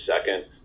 second